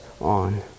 on